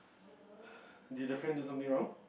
did the friend do something wrong